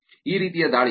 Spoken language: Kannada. ಈ ರೀತಿಯ ದಾಳಿಗಳು